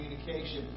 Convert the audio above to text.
communication